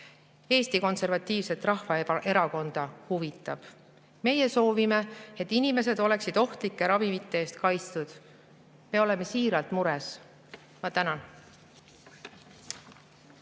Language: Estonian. Eesti Konservatiivset Rahvaerakonda aga huvitab. Meie soovime, et inimesed oleksid ohtlike ravimite eest kaitstud. Me oleme siiralt mures. Ma tänan.